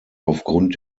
aufgrund